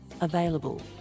available